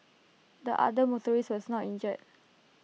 the other motorist was not injured